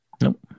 Nope